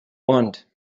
want